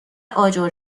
آجر